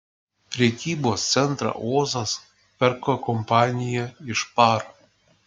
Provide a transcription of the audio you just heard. prekybos centrą ozas perka kompanija iš par